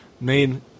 main